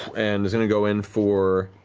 and is going to go in for.